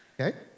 Okay